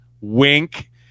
Wink